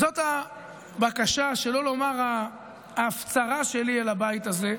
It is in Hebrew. זאת הבקשה, שלא לומר ההפצרה שלי אל הבית הזה,